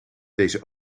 deze